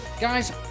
guys